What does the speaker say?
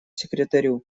секретарю